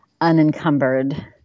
unencumbered